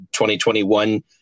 2021